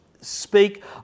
speak